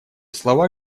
слова